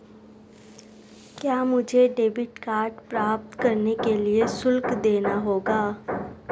क्या मुझे debit card प्राप्त करने के लिए शुल्क देना होगा?